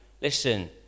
listen